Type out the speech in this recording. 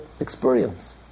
experience